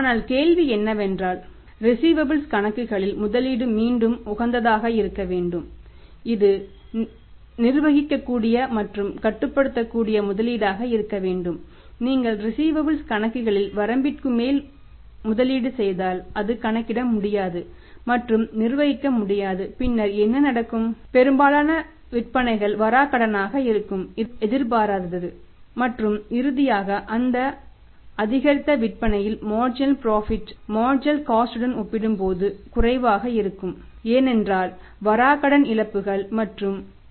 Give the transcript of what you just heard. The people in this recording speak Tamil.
ஆனால் கேள்வி என்னவென்றால் ரிஸீவபல்ஸ் அதாவது வசூல் செலவுகாரணமாக